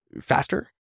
faster